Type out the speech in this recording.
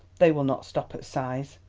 they will not stop at sighs,